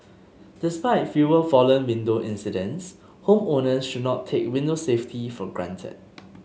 despite fewer fallen window incidents homeowners should not take window safety for granted